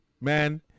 man